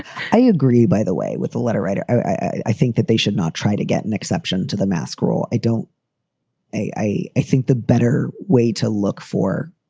i agree. by the way, with the letter writer, i think that they should not try to get an exception to the mascaro. i don't i, i think the better way to look for